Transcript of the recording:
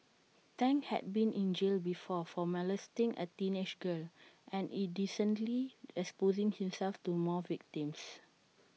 Tang had been in jail before for molesting A teenage girl and indecently exposing himself to more victims